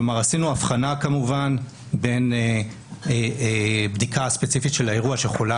כלומר עשינו הבחנה כמובן בין בדיקה ספציפית של האירוע שיכולה